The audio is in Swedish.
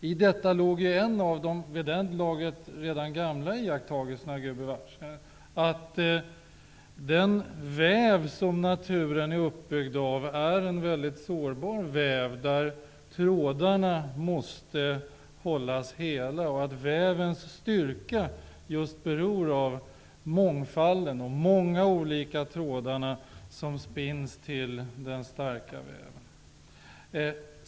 I detta låg en av de vid det laget redan gamla iakttagelserna, gubevars, att den väv som naturen är uppbyggd av är en mycket sårbar väv, där trådarna måste hållas hela. Vävens styrka beror just av mångfalden, av de många olika trådarna som spinns till den starka väven.